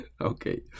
Okay